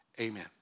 amen